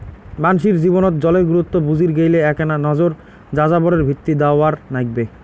মানষির জীবনত জলের গুরুত্ব বুজির গেইলে এ্যাকনা নজর যাযাবরের ভিতি দ্যাওয়ার নাইগবে